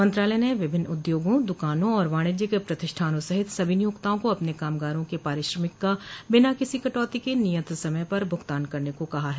मंत्रालय ने विभिन्न उद्योगो दुकानों और वाणिज्यिक प्रतिष्ठानों सहित सभी नियोक्ताओं को अपने कामगारों के पारिश्रमिक का बिना किसी कटौती के नियत समय पर भुगतान करने को कहा है